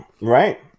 Right